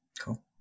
Cool